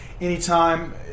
anytime